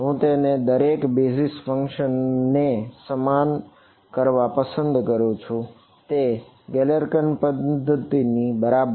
હું તેને દરેક બેઝીઝ ફંક્શન ની પદ્ધતિ છે બરાબર